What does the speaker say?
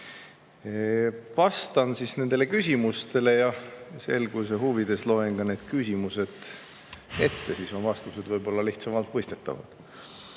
Vastan nendele küsimustele ja selguse huvides loen ka need küsimused ette, siis on vastused võib-olla lihtsamalt mõistetavad. Enne